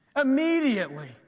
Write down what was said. Immediately